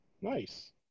Nice